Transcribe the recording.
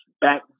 back